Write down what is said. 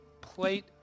Plate